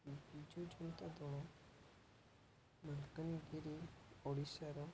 ବିଜୁ ଜନତା ଦଳ ମାଲକାନଗିରି ଓଡ଼ିଶାର